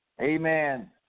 Amen